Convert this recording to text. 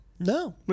No